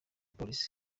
polisi